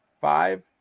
five